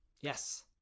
Yes